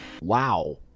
Wow